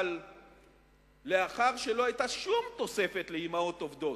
אבל לאחר שלא היתה שום תוספת לאמהות עובדות,